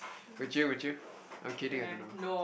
would you would you I'm kidding I don't know